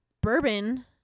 bourbon